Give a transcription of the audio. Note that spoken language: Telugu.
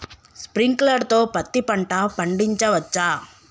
స్ప్రింక్లర్ తో పత్తి పంట పండించవచ్చా?